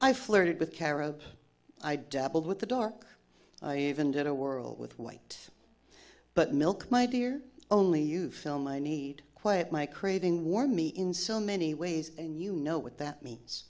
i flirted with kero i dabbled with the dark i even did a world with white but milk my dear only you fill my need quiet my craving warm me in so many ways and you know what that means